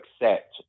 accept